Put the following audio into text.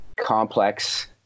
complex